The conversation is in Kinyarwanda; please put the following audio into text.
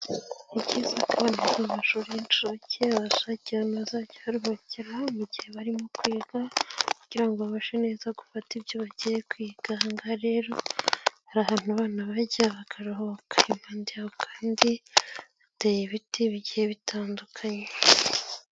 Icyiza cy'abana biga mu mashuri y'inshuke babashakira ahantu bazajya baruhukira mu gihe barimo kwiga kugira ngo babashe gufata neza ibyo bagiye kwiga, ahangaha rero hari ahantu abana bajya bakaruhuka, impande yaho kandi hateye ibiti bigiye bitandukanye.